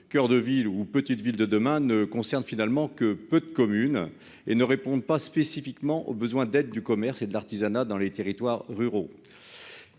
coeur de ville ou Petites Villes de demain ne concernent finalement que peu de communes et ne répondent pas spécifiquement aux besoins d'aide du commerce et de l'artisanat, dans les territoires ruraux